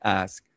ask